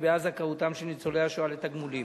נקבעה זכאותם של ניצולי השואה לתגמולים.